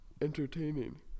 entertaining